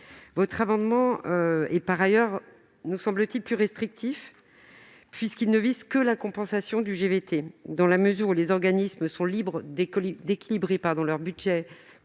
présent amendement est, par ailleurs, par trop restrictif, puisqu'il ne vise que la compensation du GVT. Dans la mesure où les organismes sont libres d'équilibrer leur budget